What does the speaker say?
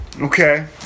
Okay